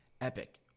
Epic